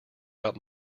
out